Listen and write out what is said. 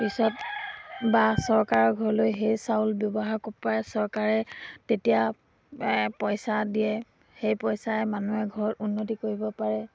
পিছত বা চৰকাৰৰ ঘৰলৈ সেই চাউল ব্যৱহাৰ কৰিব পাৰে চৰকাৰে তেতিয়া পইচা দিয়ে সেই পইচাই মানুহে ঘৰত উন্নতি কৰিব পাৰে